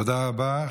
תודה רבה.